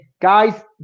guys